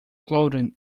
clothing